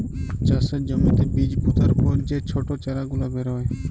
চাষের জ্যমিতে বীজ পুতার পর যে ছট চারা গুলা বেরয়